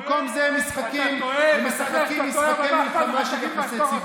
במקום זה הם משחקים משחקי מלחמה של יחסי ציבור.